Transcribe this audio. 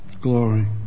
Glory